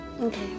Okay